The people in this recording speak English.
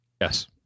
Yes